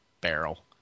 barrel